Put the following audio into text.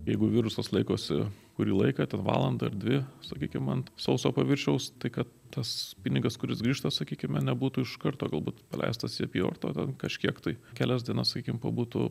jeigu virusas laikosi kurį laiką ten valandą ar dvi sakykim ant sauso paviršiaus tai kad tas pinigas kuris grįžta sakykime nebūtų iš karto galbūt paleistas į apyvartą ten kažkiek tai kelias dienas sakykim pabūtų